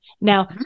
Now